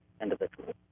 individual